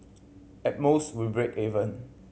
at most we break even